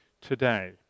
today